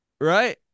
Right